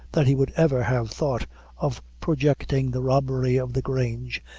that he would ever have thought of projecting the robbery of the grange,